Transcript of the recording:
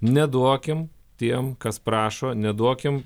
neduokim tiem kas prašo neduokim